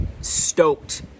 Stoked